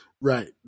Right